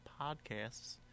podcasts